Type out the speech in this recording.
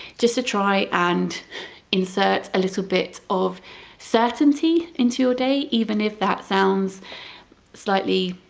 just to try and insert a little bit of certainty into your day even if that sounds slightly